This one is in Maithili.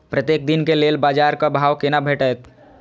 प्रत्येक दिन के लेल बाजार क भाव केना भेटैत?